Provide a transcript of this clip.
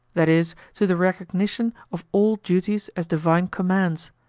that is, to the recognition of all duties as divine commands,